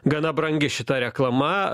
gana brangi šita reklama